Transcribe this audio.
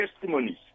testimonies